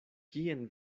kien